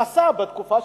נעשתה בתקופה,